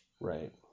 Right